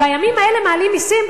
בימים האלה מעלים מסים?